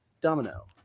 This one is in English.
Domino